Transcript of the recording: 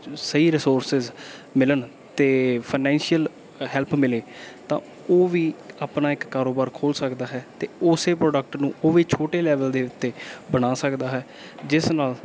ਸਹੀ ਰਿਸੋਰਸਿਸ ਮਿਲਣ ਅਤੇ ਫਾਨੈਂਸ਼ੀਅਲ ਹੈਲਪ ਮਿਲੇ ਤਾਂ ਉਹ ਵੀ ਆਪਣਾ ਇੱਕ ਕਾਰੋਬਾਰ ਖੋਲ੍ਹ ਸਕਦਾ ਹੈ ਅਤੇ ਉਸ ਪ੍ਰੋਡਕਟ ਨੂੰ ਉਹ ਵੀ ਛੋਟੇ ਲੈਵਲ ਦੇ ਉੱਤੇ ਬਣਾ ਸਕਦਾ ਹੈ ਜਿਸ ਨਾਲ